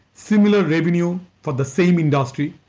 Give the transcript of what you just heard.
similar revenue, for the same industry.